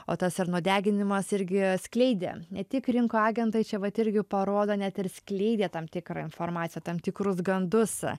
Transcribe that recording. o tas ir nudeginimas irgi skleidė ne tik rinko agentai čia vat irgi parodo net ir skleidė tam tikrą informaciją tam tikrus gandus